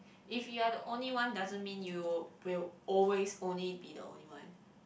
if you are the only one doesn't mean you'll will always only be the only one